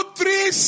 three